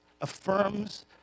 affirms